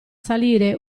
salire